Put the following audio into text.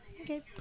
Okay